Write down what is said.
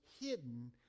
hidden